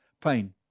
pain